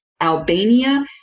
albania